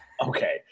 Okay